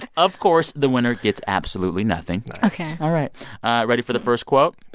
of course, the winner gets absolutely nothing ok all right ready for the first quote?